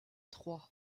trois